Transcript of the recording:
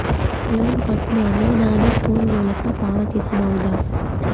Loan ಕೊಟ್ಟ ಮೇಲೆ ನಾನು ಫೋನ್ ಮೂಲಕ ಪಾವತಿಸಬಹುದಾ?